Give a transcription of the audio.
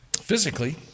physically